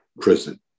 prison